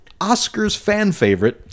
OscarsFanFavorite